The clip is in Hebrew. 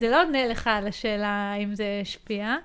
זה לא עונה לך על השאלה אם זה השפיע.